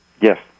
Yes